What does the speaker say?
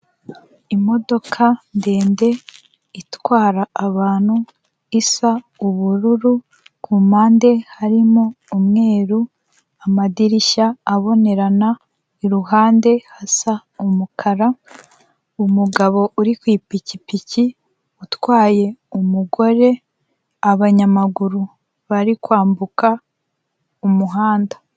Imodoka ndende itwara abantu, isa ubururu, ku mpande harimo umweru, amadirishya abonerana, iruhande hasa umukara, umugabo uri ku ipikipiki utwaye umugore, abanyamaguru bari kwambuka umuhanda.